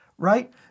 right